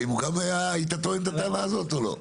האם גם היית טוען את הטענה הזאת או לא?